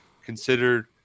considered